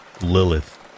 Lilith